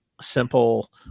simple